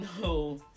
no